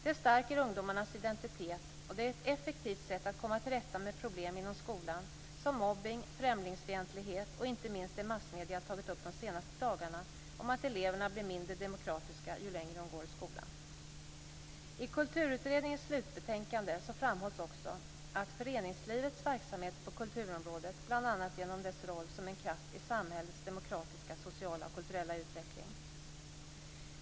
Det stärker ungdomarnas identitet, och det är ett effektivt sätt att komma till rätta med problem inom skolan som mobbning, främlingsfientlighet och inte minst det som massmedierna har tagit upp de senaste dagarna om att eleverna blir mindre demokratiska ju längre de går i skolan. I kulturutredningens slutbetänkande framhålls också föreningslivets verksamheter på kulturområdet, bl.a. genom dess roll som en kraft i samhällets demokratiska, sociala och kulturella utveckling.